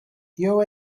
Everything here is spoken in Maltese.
jew